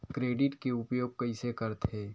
Credit के उपयोग कइसे करथे?